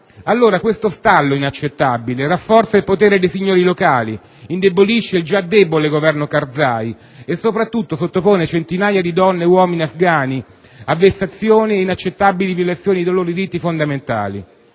legalità, questo stallo inaccettabile rafforza il potere dei signori locali, indebolisce il già debole Governo Karzai e soprattutto sottopone centinaia di donne e uomini afghani a vessazioni ed inaccettabili violazioni dei loro diritti fondamentali.